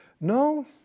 No